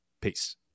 Peace